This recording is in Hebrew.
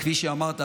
כפי שאמרת,